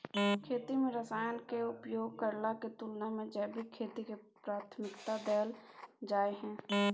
खेती में रसायन के उपयोग करला के तुलना में जैविक खेती के प्राथमिकता दैल जाय हय